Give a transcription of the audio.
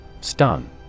Stun